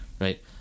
right